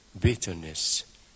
bitterness